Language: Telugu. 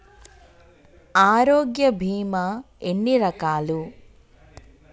ఆరోగ్య బీమా ఎన్ని రకాలు?